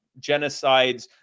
genocides